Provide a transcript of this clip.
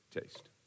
taste